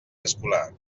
escolar